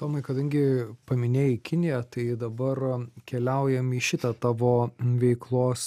tomai kadangi paminėjai kiniją tai dabar keliaujam į šitą tavo veiklos